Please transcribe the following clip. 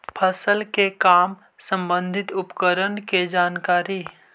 फसल के काम संबंधित उपकरण के जानकारी?